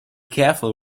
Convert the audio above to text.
careful